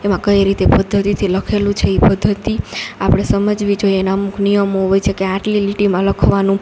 એમાં કઈ રીતે પદ્ધતિથી લખેલું છે એ પદ્ધતિ આપણે સમજવી જોઈએ એના અમુક નિયમો હોય છે કે આટલી લીટીમાં લખવાનું